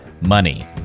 money